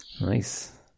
Nice